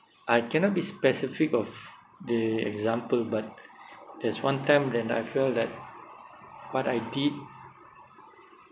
I cannot be specific of the example but there's one time when I feel that what I did